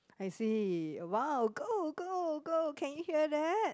I see !wow! go go go can you hear that